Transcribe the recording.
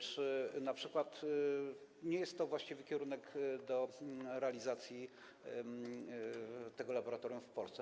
Czy np. nie jest to właściwy kierunek do realizacji tego laboratorium w Polsce?